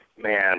man